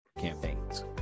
Campaigns